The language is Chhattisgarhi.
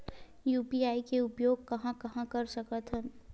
यू.पी.आई के उपयोग कहां कहा कर सकत हन?